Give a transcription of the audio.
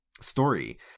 story